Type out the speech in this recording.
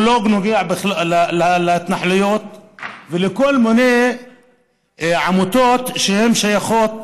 להתנחלויות ולכל מיני עמותות ששייכות